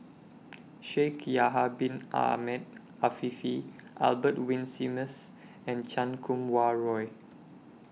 Shaikh Yahya Bin Ahmed Afifi Albert Winsemius and Chan Kum Wah Roy